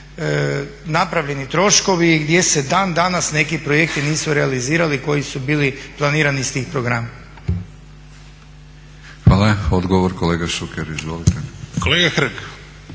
napravljeni troškovi i gdje se dan danas neki projekti nisu realizirali koji su bili planirani iz tih programa. **Batinić, Milorad (HNS)** Hvala. Odgovor kolega Šuker, izvolite. **Šuker,